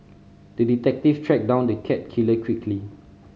the detective tracked down the cat killer quickly